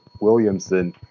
Williamson